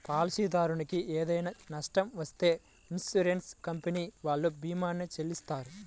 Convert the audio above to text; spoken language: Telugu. పాలసీదారునికి ఏదైనా నష్టం వత్తే ఇన్సూరెన్స్ కంపెనీ వాళ్ళు భీమాని చెల్లిత్తారు